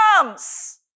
comes